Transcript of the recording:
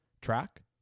Track